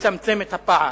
לצמצם את הפער,